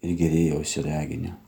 ir gerėjausi reginiu